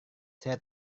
saya